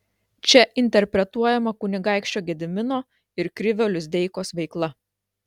čia interpretuojama kunigaikščio gedimino ir krivio lizdeikos veikla